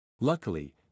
Luckily